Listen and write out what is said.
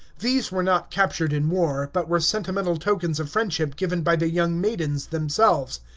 these were not captured in war, but were sentimental tokens of friendship given by the young maidens themselves.